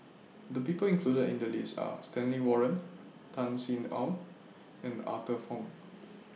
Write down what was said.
The People included in The list Are Stanley Warren Tan Sin Aun and Arthur Fong